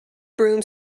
broom